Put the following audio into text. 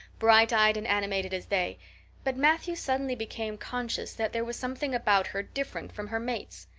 bright eyed and animated as they but matthew suddenly became conscious that there was something about her different from her mates.